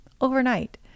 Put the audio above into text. overnight